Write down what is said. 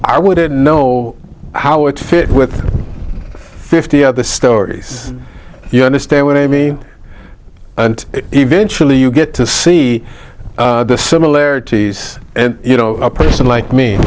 i wouldn't know how it fit with fifty of the stories you understand when amy and eventually you get to see the similarities and you know a person like me